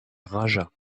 raja